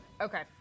Okay